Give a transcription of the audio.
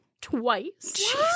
twice